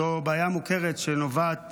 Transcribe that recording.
זו בעיה מוכרת, שנובעת